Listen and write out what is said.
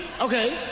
Okay